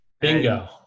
Bingo